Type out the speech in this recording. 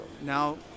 Now